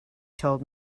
told